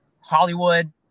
Hollywood